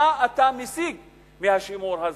מה אתה משיג מהשימור הזה.